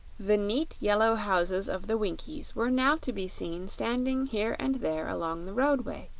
the neat yellow houses of the winkies were now to be seen standing here and there along the roadway,